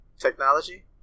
technology